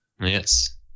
Yes